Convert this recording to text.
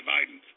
Biden